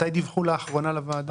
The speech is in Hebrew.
מתי דיווחו לאחרונה לוועדה?